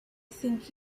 think